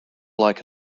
like